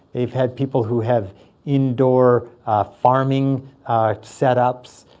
they've had people who have indoor farming setups.